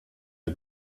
die